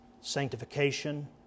Sanctification